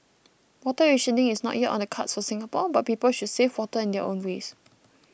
water rationing is not yet on the cards for Singapore but people should save water in their own ways